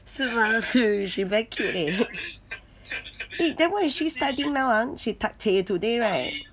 是吗 she she very cute leh eh then what is she studying now ah she tak chek today [right]